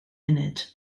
munud